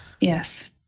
Yes